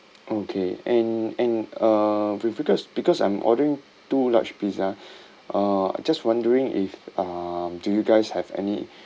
okay and and uh be~ because because I'm ordering two large pizza uh just wondering if um do you guys have any